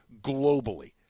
globally